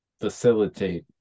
facilitate